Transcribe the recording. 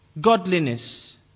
godliness